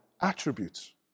attributes